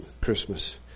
Christmas